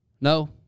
No